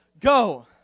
go